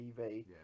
TV